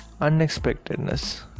Unexpectedness